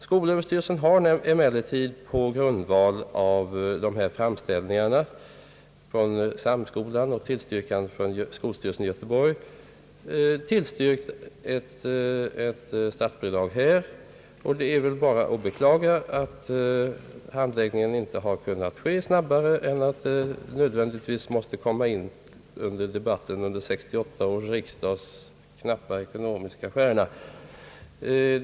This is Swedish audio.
Skolöverstyrelsen har emellertid på relsen i Göteborg tillstyrkt ett statsbidrag, och det är väl bara att beklaga att handläggningen inte har kunnat ske snabbare än att den nödvändigtvis måste komma in i debatten under 1968 års riksdags knappa ekonomiska stjärna.